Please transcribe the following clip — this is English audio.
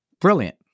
Brilliant